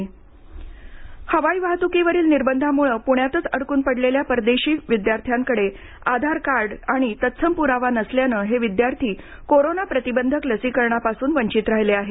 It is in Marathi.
परदेशी विद्यार्थी हवाई वाहतुकीवरील निर्बंधांमुळं पुण्यातच अडकून पडलेल्या परदेशी विद्यार्थ्यांकडे आधार कार्ड आणि तत्सम प्रावा नसल्यानं हे विद्यार्थी कोरोना प्रतिबंधक लसीकरणापासूनही वंचित राहिले आहेत